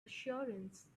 assurance